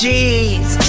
Jeez